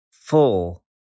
full